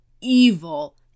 evil